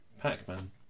Pac-Man